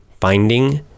finding